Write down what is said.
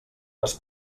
les